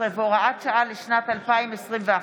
11 והוראת שעה לשנת 2021);